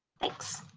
thanks